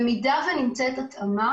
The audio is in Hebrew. במידה שנמצא התאמה